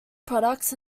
products